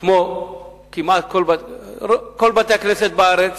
כמו רוב בתי-הכנסת בארץ,